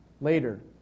later